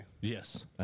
Yes